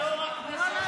סגרו אותה מזמן.